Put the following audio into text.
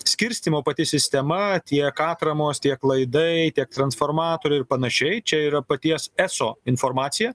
skirstymo pati sistema tiek atramos tiek laidai tiek transformatoriai ir panašiai čia yra paties eso informacija